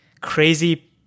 crazy